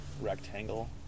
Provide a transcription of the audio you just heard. rectangle